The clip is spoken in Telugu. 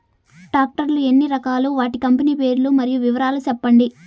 టాక్టర్ లు ఎన్ని రకాలు? వాటి కంపెని పేర్లు మరియు వివరాలు సెప్పండి?